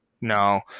No